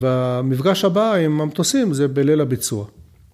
שומע? אני בודק כמה דברים וחוזר אליך. סבבה? טוב אז נדבר. יאללה. ביי